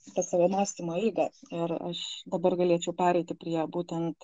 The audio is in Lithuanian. tą savo mąstymo eigą ir aš dabar galėčiau pereiti prie būtent